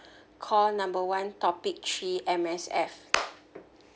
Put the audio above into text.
call number one topic three M_S_F